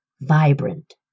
vibrant